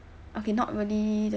okay not really